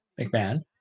McMahon